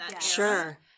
Sure